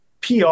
PR